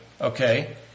Okay